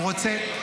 הוא רוצה שנלך.